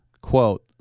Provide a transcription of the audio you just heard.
quote